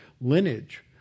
lineage